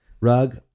rug